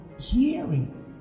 hearing